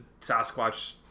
sasquatch